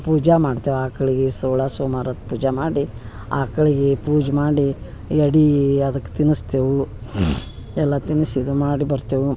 ಪೂಜ ಮಾಡ್ತೆವೆ ಆಕ್ಳಿಗೆ ಸೊಳಾ ಸೋಮವಾರದ ಪೂಜಾ ಮಾಡಿ ಆಕ್ಳಿಗೆ ಪೂಜೆ ಮಾಡಿ ಎಡೀ ಅದಕ್ಕೆ ತಿನಸ್ತೇವು ಎಲ್ಲ ತಿನಸಿ ಇದು ಮಾಡಿ ಬರ್ತೆವು